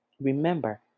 Remember